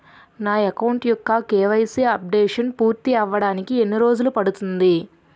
నా అకౌంట్ యెక్క KYC updation పూర్తి అవ్వడానికి ఎన్ని రోజులు పడుతుంది?